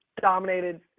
dominated